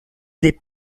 des